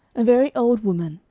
a very old woman,